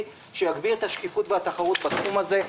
שיגביר את השקיפות והתחרות בתחום הזה.